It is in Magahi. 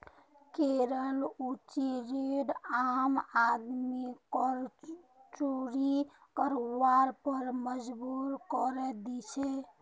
करेर ऊँची रेट आम आदमीक कर चोरी करवार पर मजबूर करे दी छे